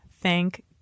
Thank